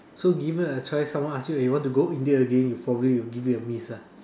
so given a choice someone ask you eh want to go India again you'll probably would give it a miss lah